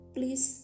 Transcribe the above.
Please